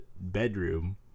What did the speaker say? bedroom